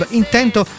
intento